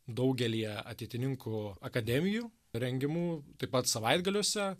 daugelyje ateitininkų akademijų rengiamų taip pat savaitgaliuose